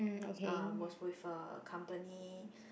I was with a company